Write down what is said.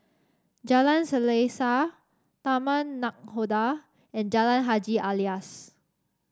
Jalan Selaseh Taman Nakhoda and Jalan Haji Alias